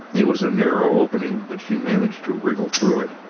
it was a narrow opening, but she managed to wriggle through it.